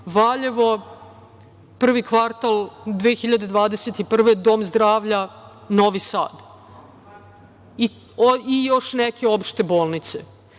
Valjevo, prvi kvartal 2021. godine Dom zdravlja Novi sad i još neke opšte bolnice. To